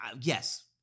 Yes